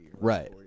Right